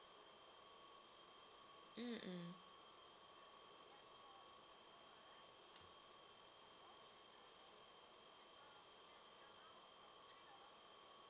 mm